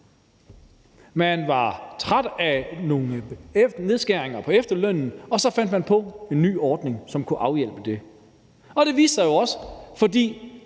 man var træt af nogle nedskæringer på efterlønnen, og så fandt man på en ny ordning, som kunne afhjælpe det, og det viste sig jo i